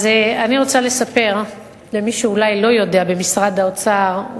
אני רוצה לספר למי שאולי לא יודע במשרד האוצר,